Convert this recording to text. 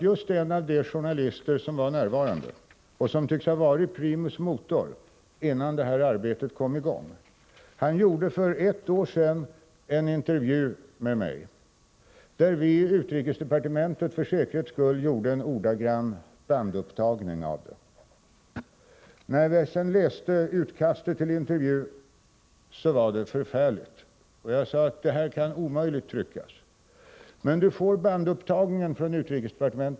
Just en av de journalister som var närvarande, den som tycks ha varit primus motor innan det här arbetet kom i gång, gjorde för ett år sedan en intervju med mig. För säkerhets skull gjorde vi i utrikesdepartementet en bandupptagning av den. När vi sedan läste utkastet till intervjun var det förfärligt, och jag sade: ”Det här kan omöjligt tryckas, men du får den ordagranna upptagningen.